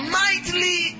mightily